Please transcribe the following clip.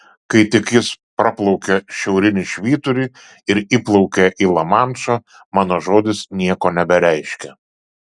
kai tik jis praplaukia šiaurinį švyturį ir įplaukia į lamanšą mano žodis nieko nebereiškia